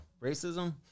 racism